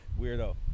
Weirdo